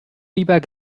lieber